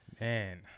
Man